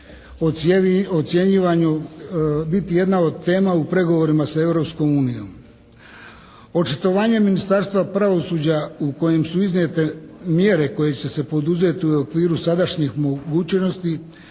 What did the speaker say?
ocjenjivano, biti jedna od tema u pregovorima sa Europskom unijom. Očitovanje Ministarstva pravosuđa u kojem su iznijete mjere koje će se poduzeti u okviru sadašnjih mogućnosti